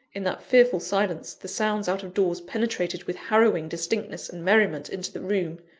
in that fearful silence, the sounds out of doors penetrated with harrowing distinctness and merriment into the room.